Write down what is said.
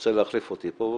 רוצה להחליף אותי פה?